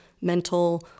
mental